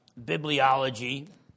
bibliology